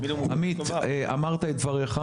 עמית אתה אמרת את דברייך,